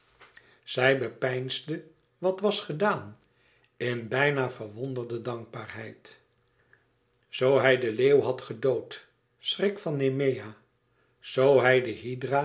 zij bepeinsde wat was gedaan in bijna verwonderde dankbaarheid zoo hij den leeuw had gedood schrik van nemea zoo hij de